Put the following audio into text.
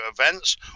events